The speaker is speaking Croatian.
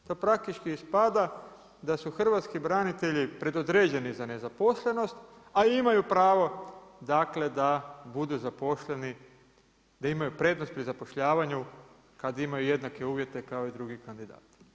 Što praktički ispada da su hrvatski branitelji predodređeni za nezaposlenost, a imaju pravo da budu zaposleni, da imaju prednost pri zapošljavanju, kad imaju jednake uvjete kao i drugi kandidati.